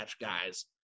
guys